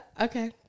okay